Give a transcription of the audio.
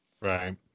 Right